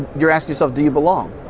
you're asking yourself, do you belong?